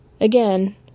Again